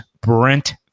Brent